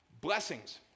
blessings